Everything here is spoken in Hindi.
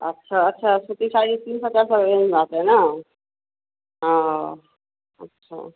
अच्छा अच्छा सूती साड़ी तीन सौ चार सौ के रेंज में आती है ना अच्छा